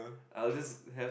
I will just have